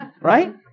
Right